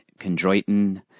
chondroitin